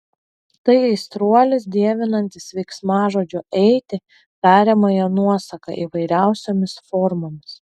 tai aistruolis dievinantis veiksmažodžio eiti tariamąją nuosaką įvairiausiomis formomis